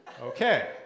Okay